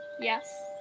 Yes